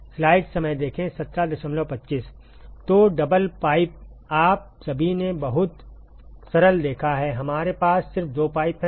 तो double pipe आप सभी ने बहुत सरल देखा है हमारे पास सिर्फ दो पाइप हैं